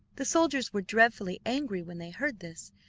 the soldiers were dreadfully angry when they heard this,